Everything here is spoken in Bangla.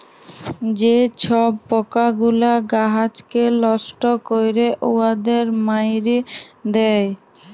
যে ছব পকাগুলা গাহাচকে লষ্ট ক্যরে উয়াদের মাইরে দেয়